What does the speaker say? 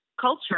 culture